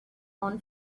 own